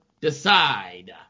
decide